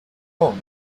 own